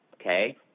okay